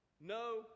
No